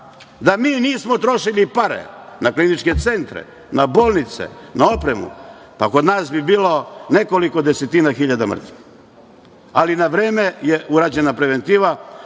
Da mi nismo trošili pare na kliničke centre, na bolnice, na opremu, kod nas bi bilo nekoliko desetina hiljada mrtvih. Ali, na vreme je urađena preventiva